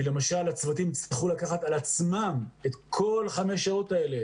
למשל הצוותים יצטרכו לקחת על עצמם את כל חמש השעות האלה